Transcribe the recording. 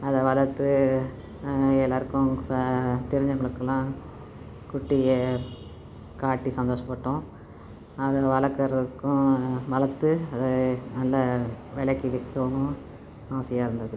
அதை வளர்த்து எல்லோருக்கும் க தெரிஞ்சவங்களுக்குலாம் குட்டியை காட்டி சந்தோஷப்பட்டோம் அதை வளர்க்கறதுக்கும் வளர்த்து அதை நல்ல விலைக்கி விற்கவும் ஆசையாக இருந்தது